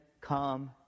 come